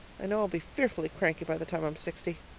i know i'll be fearfully cranky by the time i'm sixty.